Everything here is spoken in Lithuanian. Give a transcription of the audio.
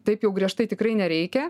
taip jau griežtai tikrai nereikia